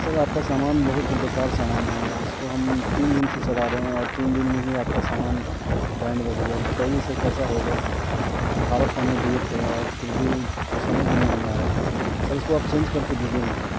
sir आपका सामान बहुत बेकार सामान है इसको हम तीन दिन से चला रहे हैं और तीन दिन में ही आपका सामान बैंड बज गया बताइए सर कैसा होगा अठारह सौ में लिए थे और भी समझ में नहीं आ रहा है सर इसको आप चेंज करके दीजिए मुझे